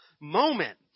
moment